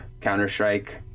counter-strike